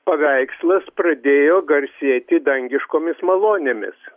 paveikslas pradėjo garsėti dangiškomis malonėmis